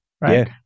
right